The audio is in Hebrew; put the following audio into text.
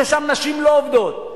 ששם נשים לא עובדות,